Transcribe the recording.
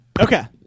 Okay